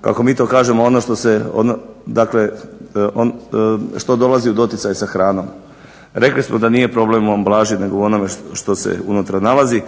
kako mi to kažemo ono što se, dakle što dolazi u doticaj sa hranom, rekli smo da nije problem u ambalaži nego u onome što se unutra nalazi.